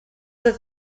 that